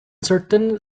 certain